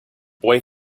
boy